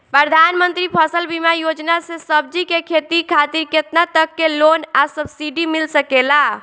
प्रधानमंत्री फसल बीमा योजना से सब्जी के खेती खातिर केतना तक के लोन आ सब्सिडी मिल सकेला?